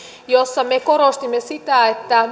jossa me korostimme sitä että